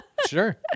sure